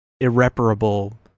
irreparable